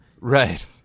Right